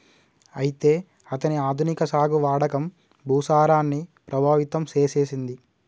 అయితే అతని ఆధునిక సాగు వాడకం భూసారాన్ని ప్రభావితం సేసెసింది